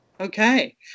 Okay